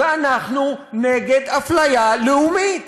ואנחנו נגד אפליה לאומית.